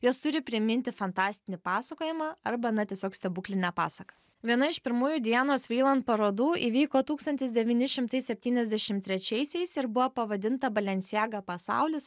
jos turi priminti fantastinį pasakojimą arba na tiesiog stebuklinę pasaką viena iš pirmųjų dianos vryland parodų įvyko tūkstantis devyni šimtai septyniasdešim trečiaisiais ir buvo pavadinta balenciaga pasaulis